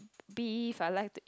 beef I like to eat